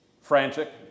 Frantic